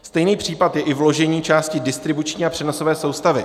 Stejný případ je i vložení části distribuční a přenosové soustavy.